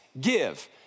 give